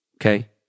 okay